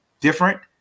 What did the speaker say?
different